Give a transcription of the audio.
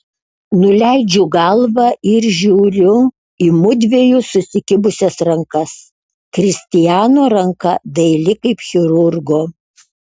nuleidžiu galvą ir žiūriu į mudviejų susikibusias rankas kristiano ranka daili kaip chirurgo